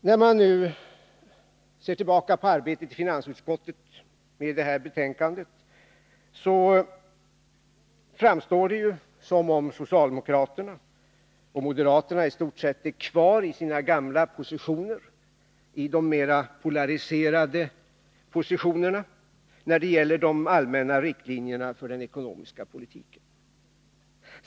När man ser tillbaka på arbetet i finansutskottet med det här betänkandet framstår det som om socialdemokraterna och moderaterna i stort sett är kvar i sina gamla mer polariserade positioner när det gäller de allmänna riktlinjerna för den ekonomiska politiken.